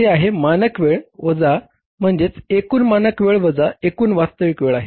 ते आहे मानक वेळ वजा म्हणजेच एकूण मानक वेळ वजा एकूण वास्तविक वेळ आहे